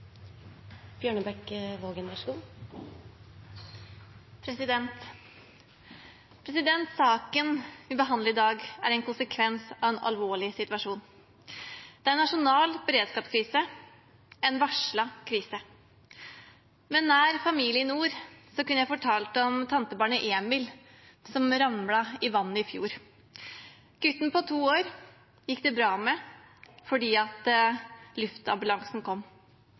en konsekvens av en alvorlig situasjon. Det er en nasjonal beredskapskrise, en varslet krise. Med nær familie i nord kan jeg fortelle om tantebarnet mitt, Emil, som ramlet i vannet i fjor. Det gikk bra med denne gutten på to år,